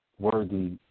Worthy